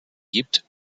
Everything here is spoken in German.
gibt